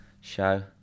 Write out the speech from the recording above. show